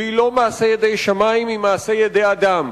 היא לא מעשה ידי שמים, היא מעשה ידי אדם,